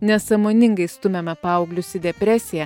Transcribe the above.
nesąmoningai stumiame paauglius į depresiją